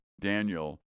Daniel